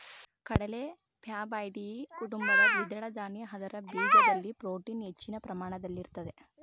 ಕಡಲೆ ಫ್ಯಾಬಾಯ್ಡಿಯಿ ಕುಟುಂಬದ ದ್ವಿದಳ ಧಾನ್ಯ ಅದರ ಬೀಜದಲ್ಲಿ ಪ್ರೋಟೀನ್ ಹೆಚ್ಚಿನ ಪ್ರಮಾಣದಲ್ಲಿರ್ತದೆ